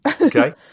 Okay